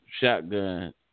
shotgun